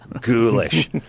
ghoulish